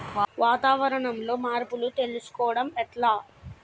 వాతావరణంలో మార్పులను తెలుసుకోవడం ఎట్ల?